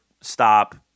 stop